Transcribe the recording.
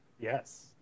Yes